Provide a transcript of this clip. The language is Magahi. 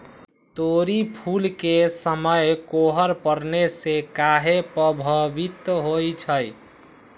तोरी फुल के समय कोहर पड़ने से काहे पभवित होई छई?